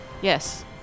Yes